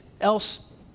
else